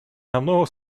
намного